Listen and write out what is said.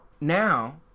Now